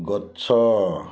ଗଛ